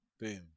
Boom